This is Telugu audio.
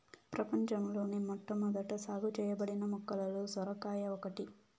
ప్రపంచంలోని మొట్టమొదట సాగు చేయబడిన మొక్కలలో సొరకాయ ఒకటి